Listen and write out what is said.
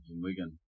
Wigan